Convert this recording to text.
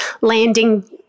landing